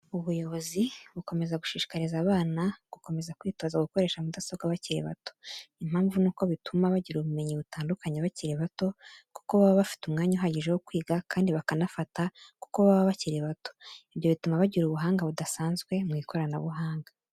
Ubuyobozi bukomeza gushishikariza abana gukomeza kwitoza gukoresha mudasobwa bakiri bato. Impamvu ni uko bituma bagira ubumenyi butandukanye bakiri bato kuko baba bafite umwanya uhagije wo kwiga kandi bakanafata kuko baba bakiri bato. Ibyo bituma bagira ubuhanga budasanzwe mu ikoranabuhanga.